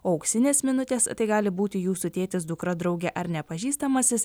auksinės minutės tai gali būti jūsų tėtis dukra draugė ar nepažįstamasis